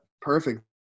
Perfect